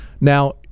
now